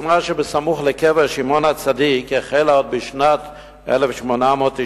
השכונה שבסמוך לקבר שמעון הצדיק החלה בשנת 1891,